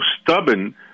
stubborn